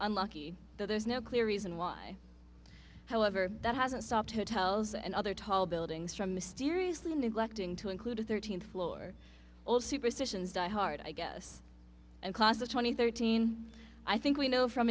unlucky that there's no clear reason why however that hasn't stopped hotels and other tall buildings from mysteriously neglecting to include a thirteenth floor all superstitions die hard i guess a class of twenty thirteen i think we know from